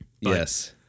Yes